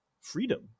freedom